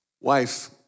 wife